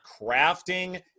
crafting